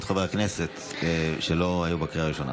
חברי הכנסת שלא היו בקריאה הראשונה.